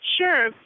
Sure